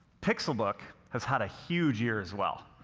pixelbook has had a huge year as well.